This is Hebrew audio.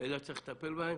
אלא צריך לטפל בהם.